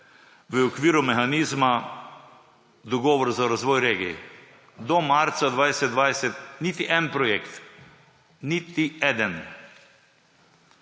v okviru mehanizma Dogovor za razvoj regij, do marca 2020 niti en projekt. Niti eden.